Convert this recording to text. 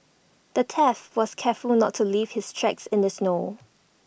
the was careful to not leave his tracks in the snow